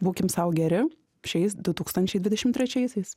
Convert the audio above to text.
būkim sau geri šiais du tūkstančiai dvidešimt trečiaisiais